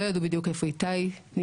לא ידעו בדיוק איפה איתי נמצא,